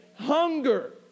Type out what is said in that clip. hunger